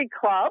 club